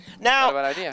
Now